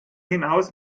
hinaus